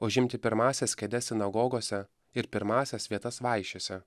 užimti pirmąsias kėdes sinagogose ir pirmąsias vietas vaišėse